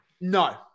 No